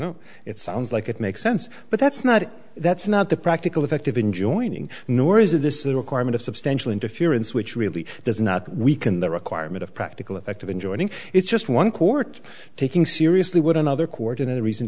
know it sounds like it makes sense but that's not that's not the practical effective in joining nor is this a requirement of substantial interference which really does not weaken the requirement of practical effect of enjoining it's just one court taking seriously what another coordinator reason